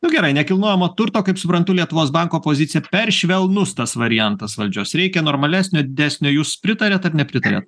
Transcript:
nu gerai nekilnojamo turto kaip suprantu lietuvos banko pozicija per švelnus tas variantas valdžios reikia normalesnio didesnio jūs pritariat ar nepritariat